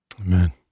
Amen